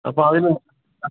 അപ്പോൾ അത്